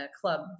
club